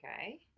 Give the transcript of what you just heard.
Okay